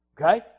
Okay